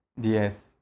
Yes